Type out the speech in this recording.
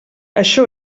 això